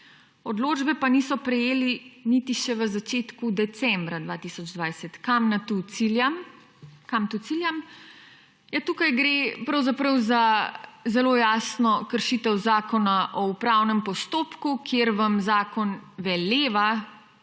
odločbe pa niso prejeli niti še v začetku decembra 2020. Kam tu ciljam? Ja, tukaj gre pravzaprav za zelo jasno kršitev Zakona o upravnem postopku, kjer vam zakon veleva,